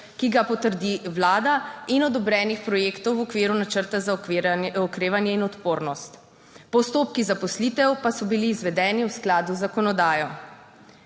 ki ga potrdi vlada in odobrenih projektov v okviru načrta za okrevanje in odpornost, postopki zaposlitev pa so bili izvedeni v skladu z zakonodajo.